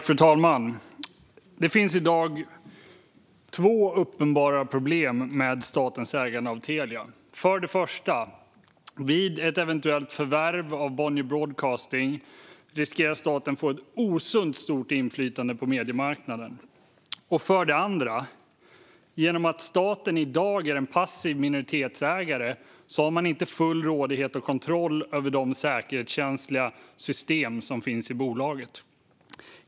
Fru talman! Det finns i dag två uppenbara problem med statens ägande av Telia. För det första: Vid ett eventuellt förvärv av Bonnier Broadcasting riskerar staten att få ett osunt stort inflytande på mediemarknaden. För det andra: Genom att staten i dag är en passiv minoritetsägare har man inte full rådighet och kontroll över de säkerhetskänsliga system som finns i bolaget.